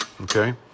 okay